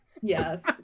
Yes